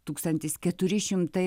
tūkstantis keturi šimtai